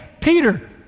Peter